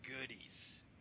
goodies